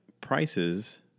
prices